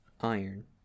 iron